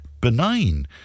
benign